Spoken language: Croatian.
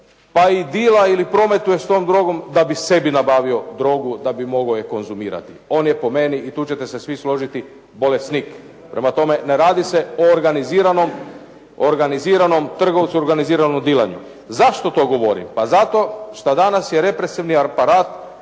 pa i dila ili prometuje s drogom da bi sebi nabavio drogu, da bi mogao je konzumirati. On je po meni i tu ćete se svi složiti, bolesnik. Prema tome, ne radi se o organiziranom trgovcu i organiziranom dilanju. Zašto to govorim? Pa zato što danas je represivni aparat